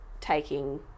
taking